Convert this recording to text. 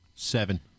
Seven